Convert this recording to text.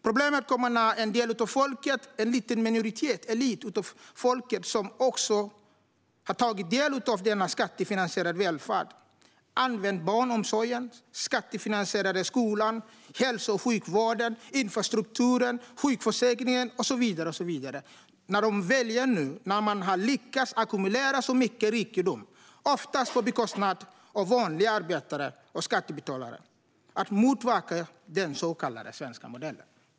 Problemet kommer när en del av folket, en liten minoritet av folket, en elit, som också har tagit del av denna skattefinansierade välfärd, använt barnomsorgen, den skattefinansierade skolan, hälso och sjukvården, infrastrukturen, sjukförsäkringen och så vidare, väljer att nu, när de har lyckats ackumulera mycket rikedom, oftast på bekostnad av vanliga arbetare och skattebetalare, motverka den så kallade svenska modellen.